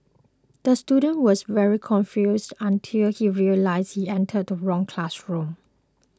the student was very confused until he realised he entered the wrong classroom